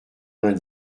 vingt